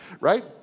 right